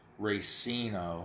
Racino